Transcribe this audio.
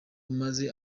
umaze